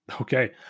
Okay